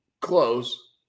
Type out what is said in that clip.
close